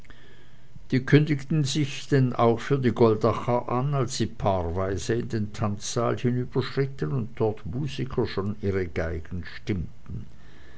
die kündigten sich denn auch für die goldacher an als sie paarweise in den tanzsaal hinüberschritten und dort die musiker schon ihre geigen stimmten